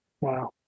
Wow